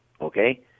okay